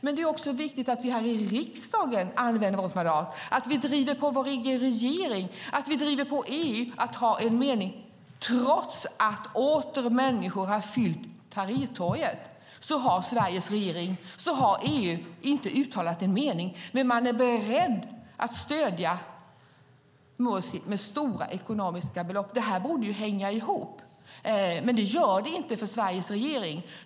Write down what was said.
Men det är också viktigt att vi här i riksdagen använder vårt mandat, att vi driver på vår egen regering, att vi driver på EU att ha en mening. Trots att människor åter har fyllt Tahrirtorget har inte EU uttalat en mening, men man är beredd att stödja Mursi med stora belopp ekonomiskt. Det borde hänga ihop, men det gör det inte för Sveriges regering.